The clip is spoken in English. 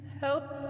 help